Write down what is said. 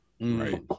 Right